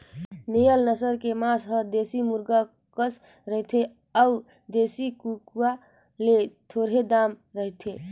layer नसल के मांस हर देसी मुरगा कस रथे अउ देसी कुकरा ले थोरहें दाम रहथे